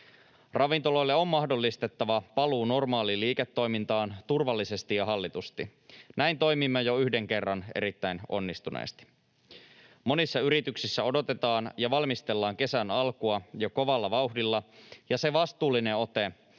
Ravintoloille on mahdollistettava paluu normaaliin liiketoimintaan turvallisesti ja hallitusti. Näin toimimme jo yhden kerran erittäin onnistuneesti. Monissa yrityksissä odotetaan ja valmistellaan kesän alkua jo kovalla vauhdilla, ja se vastuullinen ote,